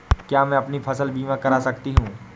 क्या मैं अपनी फसल बीमा करा सकती हूँ?